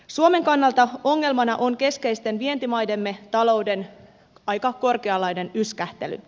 suomen kannalta ongelmana on keskeisten vientimaidemme talouden aika korkeanlainen yskähtely